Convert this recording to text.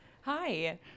hi